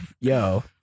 yo